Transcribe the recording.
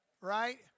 right